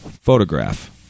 photograph